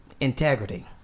integrity